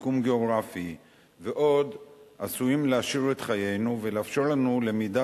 מיקום גיאוגרפי ועוד עשויה להעשיר את חיינו ולאפשר לנו למידה